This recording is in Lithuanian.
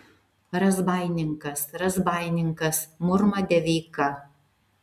razbaininkas razbaininkas murma deveika